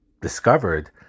discovered